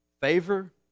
favor